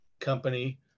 company